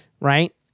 Right